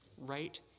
Right